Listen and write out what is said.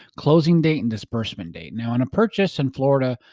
closing date and disbursement date. now on a purchase in florida,